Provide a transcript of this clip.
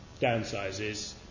downsizes